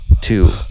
two